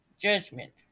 judgment